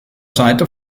seite